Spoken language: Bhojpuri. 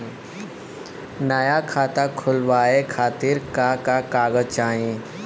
नया खाता खुलवाए खातिर का का कागज चाहीं?